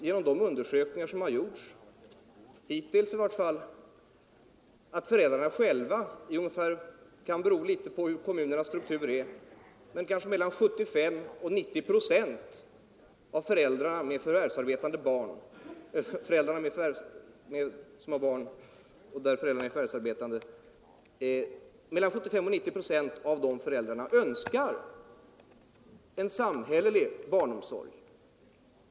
Genom de undersökningar som gjorts hittills vet man att ungefär mellan 75 och 90 procent av de förvärvsarbetande föräldrarna med barn — det kan variera med hänsyn till kommunernas struktur — önskar en samhällelig barnomsorg.